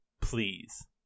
please